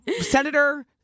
senator